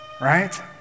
right